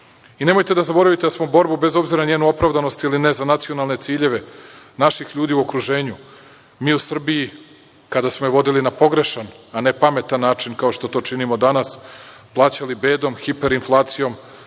u njoj. Nemojte da zaboravite da smo borbu bez obzira na njenu opravdanost ili ne za nacionalne ciljeve naših ljudi u okruženju mi u Srbiji kada smo je vodili na pogrešan a ne pametan način kao što to činimo danas, plaćali bedom, hiperinflacijom,